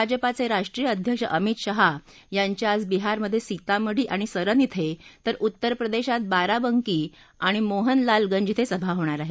भाजपाचे राष्ट्रीय अध्यक्ष अमित शहा यांच्या आज बिहारमध्ये सितामढी आणि सरन इथं तर उत्तरप्रदेशात बाराबांकी आणि मोहनलालगंज इथं सभा होणार आहेत